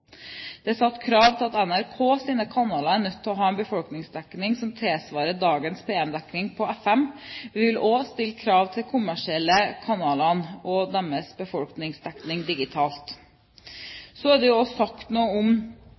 Det er satt krav om at NRKs kanaler er nødt til å ha en befolkningsdekning som tilsvarer dagens P1-dekning på FM. Man vil også stille krav til de kommersielle kanalene og deres befolkningsdekning digitalt. Så er det også sagt noe om